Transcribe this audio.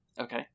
okay